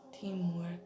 Teamwork